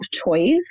toys